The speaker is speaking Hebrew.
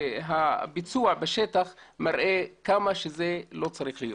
שהביצוע בשטח מראה כמה זה לא צריך להיות.